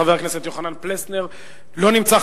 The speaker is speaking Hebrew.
חבר הכנסת יוחנן פלסנר, לא נמצא.